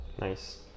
Nice